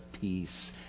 peace